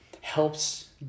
helps